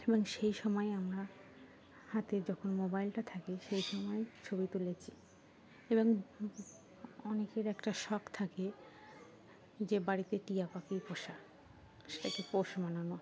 এবং সেই সময় আমরা হাতে যখন মোবাইলটা থাকে সেই সময় ছবি তুলেছি এবং অনেকের একটা শখ থাকে যে বাড়িতে টিয়া পাখি পোষা সেটাকে পোষ মানানো